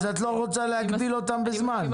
אז את לא רוצה להגביל אותם בזמן?